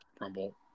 Rumble